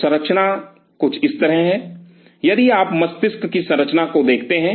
तो संरचना कुछ इस तरह है यदि आप मस्तिष्क की संरचना को देखते हैं